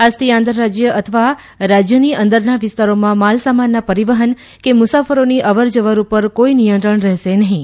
આજથી આંતર રાજ્ય અથવા રાજ્યની અંદરના વિસ્તારોમાં માલસામાનના પરિવહન કે મુસાફરોની અવર જવર ઉપર કોઈ નિયંત્રણ રહેશે નહીં